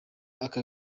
aka